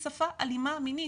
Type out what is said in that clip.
היא שפה אלימה מינית.